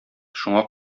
шуңа